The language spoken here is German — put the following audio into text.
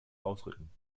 ausrücken